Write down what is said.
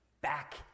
back